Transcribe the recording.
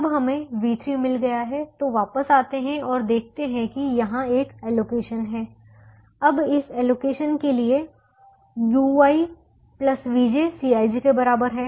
अब हमें v3 मिल गया है तो वापस आते हैं और देखते हैं कि यहाँ एक एलोकेशन है अब इस एलोकेशन के लिए ui vj Cij के बराबर है